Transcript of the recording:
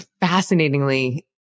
fascinatingly